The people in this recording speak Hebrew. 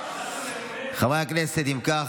חברי הכנסת, אם כך,